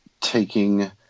taking